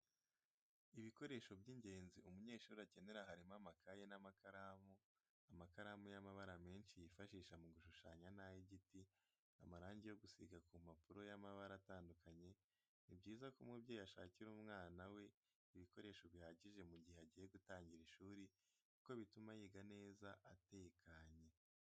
Ibikoresho by'ingenzi umunyeshuri akenera harimo amakaye n'amakaramu, amakaramu y'amabara menshi yifashisha mu gushushanya n'ay'igiti, amarangi yo gusiga ku mpapuro y'amabara atandukanye, ni byiza ko umubyeyi ashakira umwana we ibikoresho bihagije mu gihe agiye gutangira ishuri kuko bituma yiga neza atekanye.